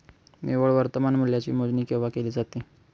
निव्वळ वर्तमान मूल्याची मोजणी केव्हा केली जाते?